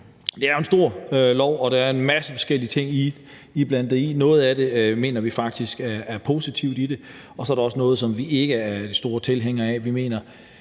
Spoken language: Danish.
Det er jo et stort lovforslag, og der er en masse forskellige ting iblandt, og noget af det mener vi faktisk er positivt i det, og så er der også noget, som vi ikke er store tilhængere af.